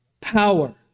Power